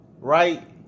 right